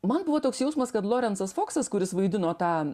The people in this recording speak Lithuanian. man buvo toks jausmas kad lorencas foksas kuris vaidino tą